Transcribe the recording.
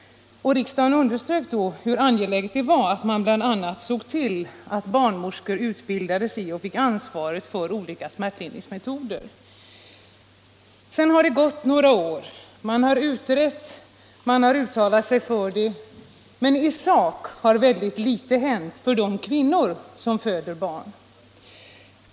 Riksdagen underströk då hur angeläget det var att man bl.a. såg till att barnmorskor utbildades i och fick ansvaret för olika smärtlindringsmetoder. Sedan har det gått några år. Man har utrett och uttalat sig för, men i sak har väldigt litet hänt för de kvinnor som föder barn.